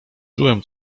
czułem